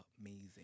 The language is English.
amazing